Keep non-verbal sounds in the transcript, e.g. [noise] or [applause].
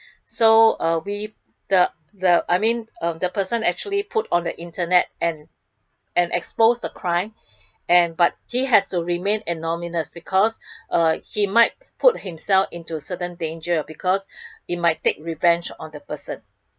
[breath] so uh we the the person I mean um the person actually put on the internet and and expose the crime and but he has to remain anonymous because [breath] uh he might put himself in certain thing dangerous [breath] because it might take revenge on the person